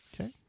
Okay